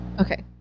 Okay